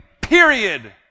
period